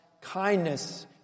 kindness